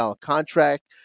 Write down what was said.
contract